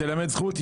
תלמד זכות.